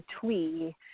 twee